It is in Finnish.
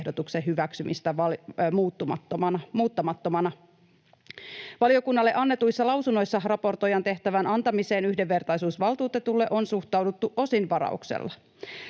lakiehdotuksen hyväksymistä muuttamattomana. Valiokunnalle annetuissa lausunnoissa raportoijan tehtävän antamiseen yhdenvertaisuusvaltuutetulle on suhtauduttu osin varauksella.